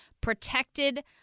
Protected